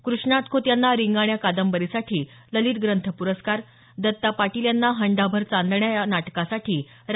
कृष्णात खोत यांना रिंगाण या कादंबरीसाठी ललित ग्रंथ पुरस्कार दत्ता पाटील यांना हंडाभर चांदण्या या नाटकासाठी रा